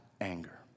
anger